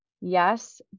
Yes